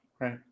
Right